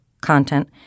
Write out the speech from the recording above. content